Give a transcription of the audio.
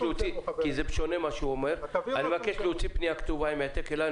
זה שונה ממה שהוא אומר ולכן אני מבקש להוציא פנייה כתובה עם העתק אלי.